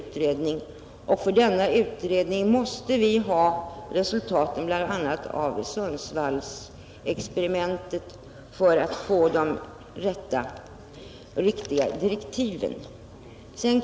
För en övergripande utredning måste vi ha resultaten av bl.a. Sundsvallsexperimentet, så att vi får de riktiga direktiven.